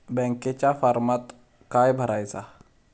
बँकेच्या फारमात काय भरायचा?